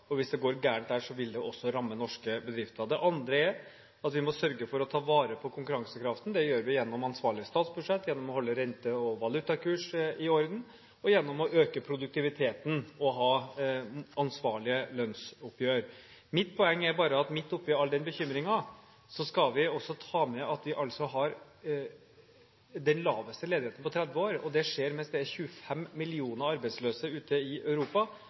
og hvis det går galt der, vil det også ramme norske bedrifter. Det andre er at vi må sørge for å ta vare på konkurransekraften. Det gjør vi gjennom ansvarlige statsbudsjett, gjennom å holde rente- og valutakurs i orden, gjennom å øke produktiviteten og ha ansvarlige lønnsoppgjør. Mitt poeng er bare at midt oppe i all denne bekymringen skal vi også ta med at vi har den laveste ledigheten på 30 år – det skjer mens det er 25 millioner arbeidsløse ute i Europa